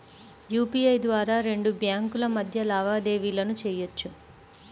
UPI ద్వారా రెండు బ్యేంకుల మధ్య లావాదేవీలను చెయ్యొచ్చు